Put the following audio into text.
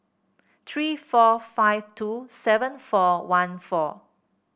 three four five two seven four one four